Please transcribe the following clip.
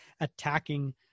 attacking